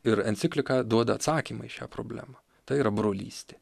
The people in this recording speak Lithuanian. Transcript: ir enciklika duoda atsakymą į šią problemą tai yra brolystė